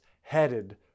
headed